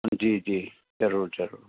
जी जी ज़रूरु ज़रूरु